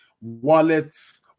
wallets